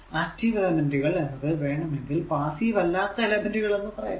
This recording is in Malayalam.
ആക്റ്റീവ് എലെമെന്റുകൾ എന്നത് വേണമെങ്കിൽ പാസ്സീവ് അല്ലാത്ത എലെമെന്റുകൾ എന്ന് പറയാം